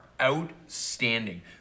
outstanding